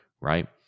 right